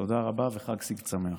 תודה רבה וחג סגד שמח.